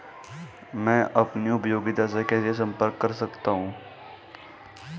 मैं अपनी उपयोगिता से कैसे संपर्क कर सकता हूँ?